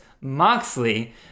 moxley